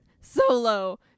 Solo